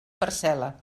parcel·la